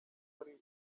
wari